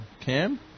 Cam